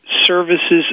services